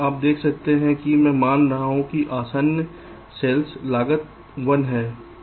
आप देख रहे हैं कि मैं मान रहा हूँ कि आसन्न सेल्स लागत 1 हैं